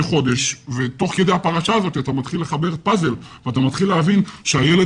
חודש ותוך כי הפרשה הזאת אתה מתחיל לחבר פזל ואתה מתחיל להבין שהילד